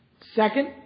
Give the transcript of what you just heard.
second